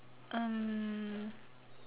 um